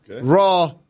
raw